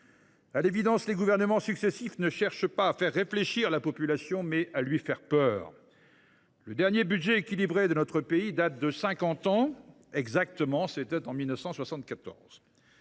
À l’évidence, les gouvernements successifs cherchent non pas à faire réfléchir la population, mais à lui faire peur. Le dernier budget équilibré de notre pays date de cinquante ans exactement : c’était en 1974.